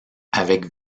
avec